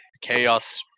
Chaos